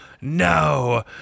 no